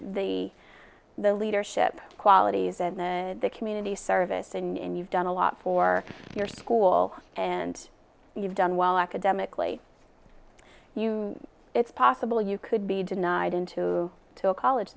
the the leadership qualities in a community service and you've done a lot for your school and you've done well academically you it's possible you could be denied into to a college